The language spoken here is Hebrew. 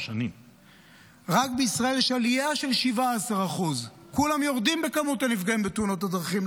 רק בישראל יש עלייה של 17%. כולם יורדים בכמות הנפגעים בתאונות דרכים.